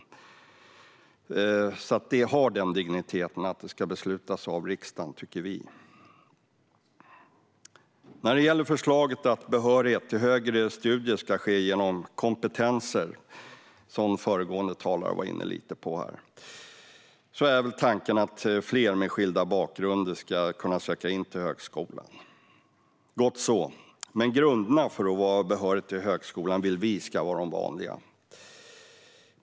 Vi tycker att detta har sådan dignitet att det ska beslutas av riksdagen. När det gäller förslaget att behörighet till högre studier ska ske genom kompetenser, som föregående talare var inne lite på, är väl tanken att fler med skilda bakgrunder ska kunna söka in till högskolan. Gott så, men vi vill att grunderna för att vara behörig till högskolan ska vara de vanliga.